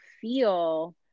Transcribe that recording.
feel